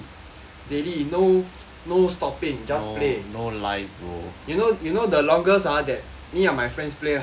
daily no no stopping just play you know you know the longest ah that me and my friends play how long or not